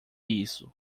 isso